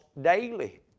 daily